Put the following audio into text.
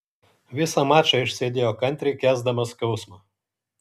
visą mačą išsėdėjo kantriai kęsdamas skausmą